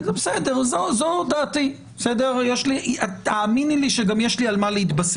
זאת דעתי ותאמיני לי שגם יש לי על מה להתבסס